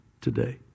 today